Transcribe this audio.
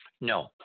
No